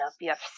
Yes